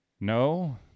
no